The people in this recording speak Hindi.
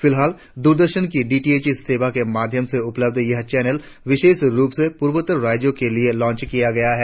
फिलहाल द्ररदर्शन की डीटीएच सेवा के माध्यम से उपलब्ध यह चैनल विशेष रुप से पूर्वोत्तर राज्यों के लिए लॉन्च किया गया है